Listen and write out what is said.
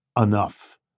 enough